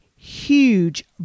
Huge